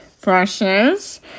brushes